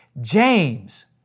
James